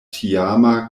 tiama